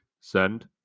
Send